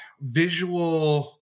visual